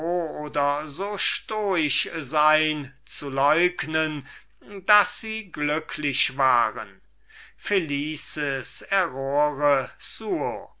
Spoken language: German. oder so stoisch sein zu leugnen daß sie glücklich waren felices errore suo glücklich